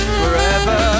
forever